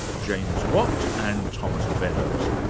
james watt and thomas beddoes,